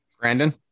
Brandon